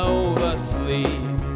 oversleep